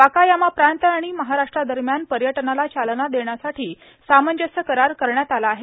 Wakayama प्रांत आणि महाराष्ट्रादरम्यान पर्यटनाला चालना देण्यासाठी सामंजस्य करार करण्यात आला आहे